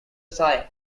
sigh